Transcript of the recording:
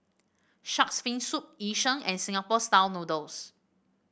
shark's fin soup Yu Sheng and Singapore style noodles